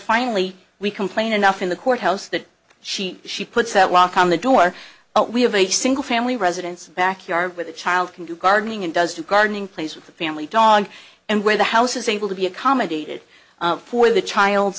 finally we complain enough in the courthouse that she she puts that lock on the door we have a single family residence backyard with a child can do gardening and does do gardening plays with the family dog and where the house is able to be accommodated for the child